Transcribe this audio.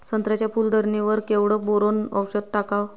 संत्र्याच्या फूल धरणे वर केवढं बोरोंन औषध टाकावं?